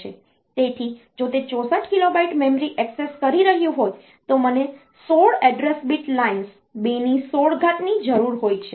તેથી જો તે 64 કિલોબાઈટ મેમરી એક્સેસ કરી રહ્યું હોય તો મને 16 એડ્રેસ bit લાઈન્સ 216 ની જરૂર હોય છે